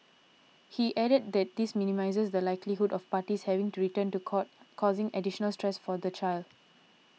he added that this minimises the likelihood of parties having to return to court causing additional stress for the child